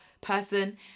person